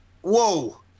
Whoa